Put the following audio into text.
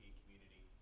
community